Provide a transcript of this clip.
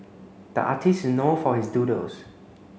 the artist is know for his doodles